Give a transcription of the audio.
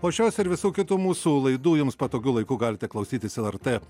o šios ir visų kitų mūsų laidų jums patogiu laiku galite klausytis lrt